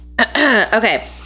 okay